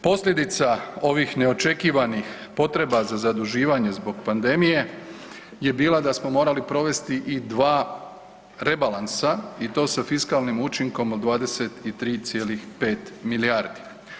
Posljedica ovih neočekivanih potreba za zaduživanje zbog pandemije je bila da smo morali provesti i 2 rebalansa i to sa fiskalnim učinkom od 23,5 milijardi.